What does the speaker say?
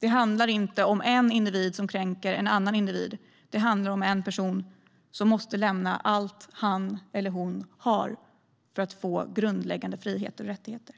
Det handlar inte om en individ som kränker en annan individ. Det handlar om en person som måste lämna allt han eller hon har för att få grundläggande friheter och rättigheter.